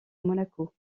monaco